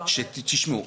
תשמעו,